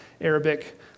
Arabic